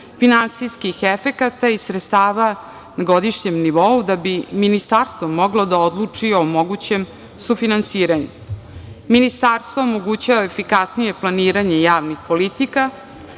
finansijskih efekata i sredstava na godišnjem nivou da bi ministarstvo moglo da odluči o mogućem sufinansiranju. Ministarstvo omogućava i efikasnije planiranje javnih politika,